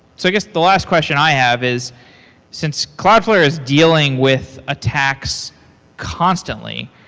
so guess the last question i have is since cloudflare is dealing with attacks constantly,